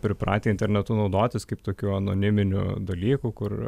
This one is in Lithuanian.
pripratę internetu naudotis kaip tokiu anoniminiu dalyku kur